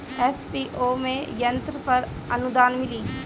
FPO में यंत्र पर आनुदान मिँली?